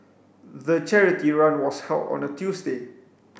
the charity run was held on a Tuesday